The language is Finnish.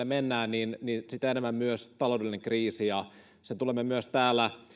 mennään sitä enemmän myös taloudellinen kriisi ja sen tulemme myös täällä